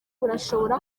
burashoboka